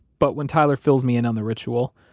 but when tyler fills me in on the ritual,